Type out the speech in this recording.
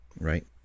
right